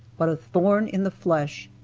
but a thorn in the flesh.